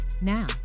now